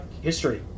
history